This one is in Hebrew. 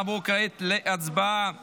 נעבור להצבעה